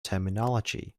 terminology